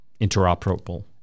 interoperable